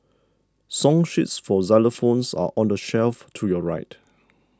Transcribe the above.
song sheets for xylophones are on the shelf to your right